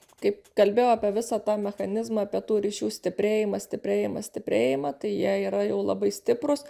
kaip kalbėjau apie visą tą mechanizmą apie tų ryšių stiprėjimą stiprėjimą stiprėjimą tai jie yra jau labai stiprūs